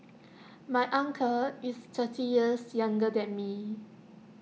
my uncle is thirty years younger than me